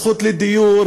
הזכות לדיור,